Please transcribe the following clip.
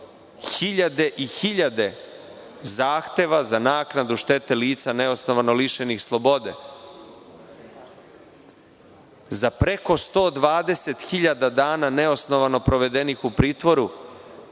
hiljade i hiljade zahteva za naknadu štete lica neosnovano lišenih slobode, za preko 120 hiljada dana neosnovano provedenih u pritvoru,